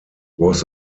was